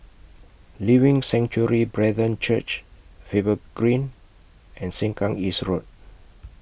Living Sanctuary Brethren Church Faber Green and Sengkang East Road